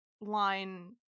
line